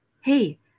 Hey